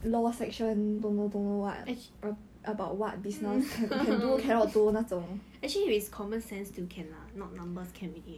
actually actually if it's common sense still can lah not numbers can already